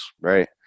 right